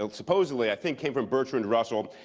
ah supposedly i think, came from bertrand russell.